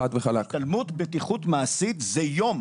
השתלמות בטיחות מעשית זה יום.